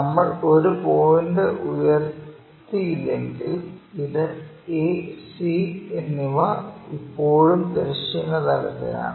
നമ്മൾ ഒരു പോയിന്റ് ഉയർത്തിയില്ലെങ്കിൽ ഇത് ac എന്നിവ ഇപ്പോഴും തിരശ്ചീന തലത്തിലാണ്